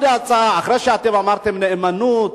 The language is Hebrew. אחרי שאתם אמרתם: נאמנות,